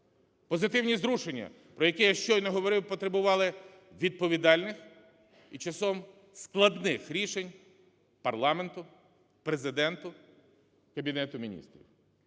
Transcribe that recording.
Позитивні зрушення, про які я щойно говорив, потребували відповідальних і часом складних рішень парламенту, Президента, Кабінету Міністрів.